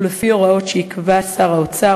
ולפי הוראות שיקבע שר האוצר,